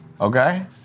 okay